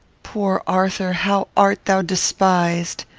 poor arthur, how art thou despised!